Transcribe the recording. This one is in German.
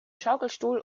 schaukelstuhl